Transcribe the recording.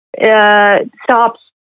Stops